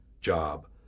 job